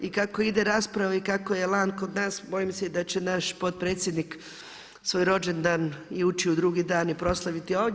I kako ide rasprava i kako je elan kod nas bojim se da će naš potpredsjednik svoj rođendan i ući u drugi dan i proslaviti ovdje.